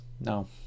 No